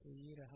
तो ये रहा